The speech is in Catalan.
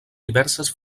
diverses